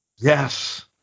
Yes